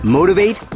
Motivate